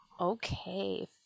Okay